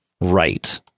Right